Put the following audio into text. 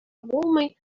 булмый